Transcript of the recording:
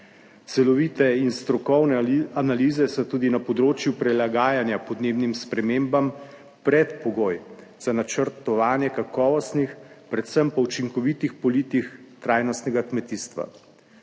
Celovite in strokovne analize so tudi na področju prilagajanja podnebnim spremembam predpogoj za načrtovanje kakovostnih, predvsem pa učinkovitih politik trajnostnega kmetijstva.